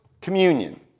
communion